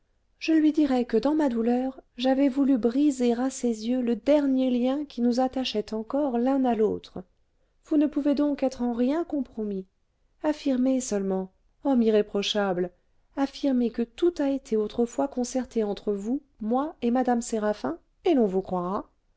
je lui dirai que dans ma douleur j'avais voulu briser à ses yeux le dernier lien qui nous attachait encore l'un à l'autre vous ne pouvez donc être en rien compromis affirmez seulement homme irréprochable affirmez que tout a été autrefois concerté entre vous moi et mme séraphin et l'on vous croira